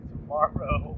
tomorrow